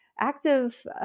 active